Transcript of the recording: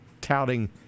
touting